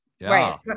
Right